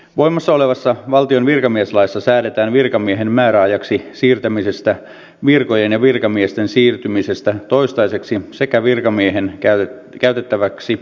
voimassa olevassa valtion virkamieslaissa säädetään virkamiehen määräajaksi siirtämisestä virkojen ja virkamiesten siirtymisestä toistaiseksi sekä virkamiehen käytettäväksi asettamisesta